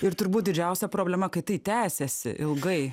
ir turbūt didžiausia problema kai tai tęsiasi ilgai